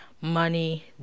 money